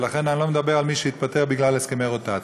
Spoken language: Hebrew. לכן אני לא מדבר על מי שהתפטר בגלל הסכמי רוטציה.